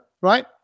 right